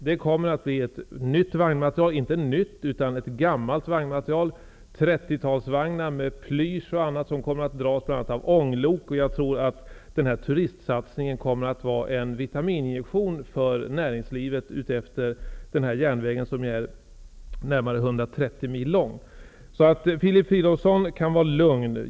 Det kommer att vara gammalt vagnsmaterial, från 30-talet i plysch, och man kommer att ha bl.a. ånglok. Jag tror att denna turistsatsning kommer att vara en vitamininjektion för näringslivet utefter den här järnvägen, som är närmare 130 mil lång. Filip Fridolfsson kan vara lugn.